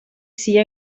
sia